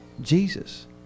Jesus